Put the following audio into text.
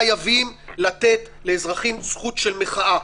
חייבים לתת לאזרחים זכות של מחאה.